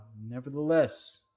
Nevertheless